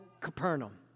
Capernaum